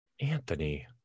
Anthony